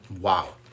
Wow